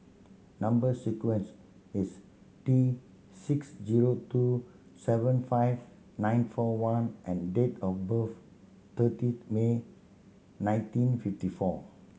number sequence is T six zero two seven five nine four one and date of birth thirtieth May nineteen fifty four